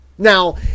Now